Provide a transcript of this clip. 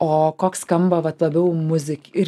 o koks skamba vat labiau muzik ir